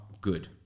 good